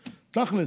תכלס,